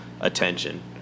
attention